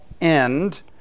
end